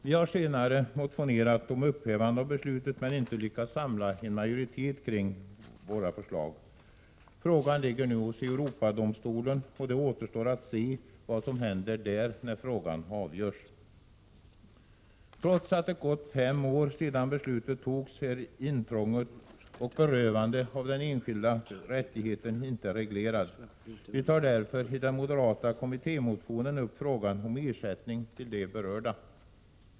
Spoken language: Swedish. Vi har senare motionerat om upphävande av beslutet, men inte lyckats samla majoritet kring vårt förslag. Frågan ligger nu hos Europadomstolen och det återstår att se vad som händer där när frågan avgörs. Trots att det gått fem år sedan beslutet togs är intrånget och berövandet av den enskildes rättigheter inte reglerat. Vi tar därför i den moderata kommittémotionen upp frågan om ersättning till de berörda.